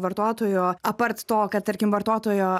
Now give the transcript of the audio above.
vartotojo apart to kad tarkim vartotojo